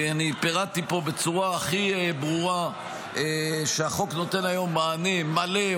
אני פירטתי פה בצורה הכי ברורה שהחוק נותן היום מענה מלא,